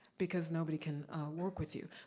because nobody can work with you.